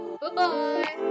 Bye-bye